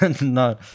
No